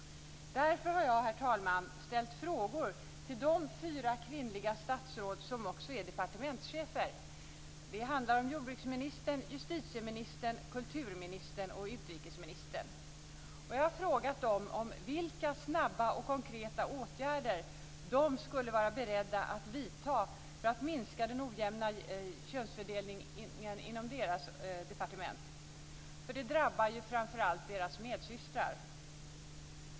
Därför har jag, herr talman, ställt frågor till de fyra kvinnliga statsråd som också är departementschefer. Det handlar om jordbruksministern, justitieministern, kulturministern och utrikesministern. Jag har frågat dem vilka snabba och konkreta åtgärder de skulle vara beredda att vidta för att minska den ojämna könsfördelningen inom deras departement. Den drabbar ju framför allt deras medsystrar.